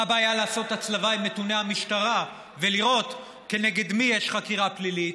מה הבעיה לעשות הצלבה עם נתוני המשטרה ולראות כנגד מי יש חקירה פלילית,